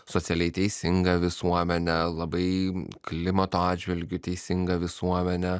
socialiai teisinga visuomenė labai klimato atžvilgiu teisinga visuomenė